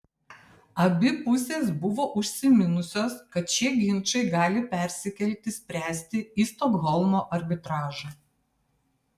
abi pusės buvo užsiminusios kad šie ginčai gali persikelti spręsti į stokholmo arbitražą